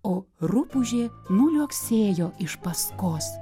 o rupūžė nuliuoksėjo iš paskos